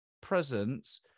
presence